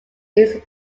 east